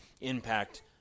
impact